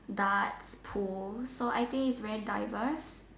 darts pool so I think its very diverse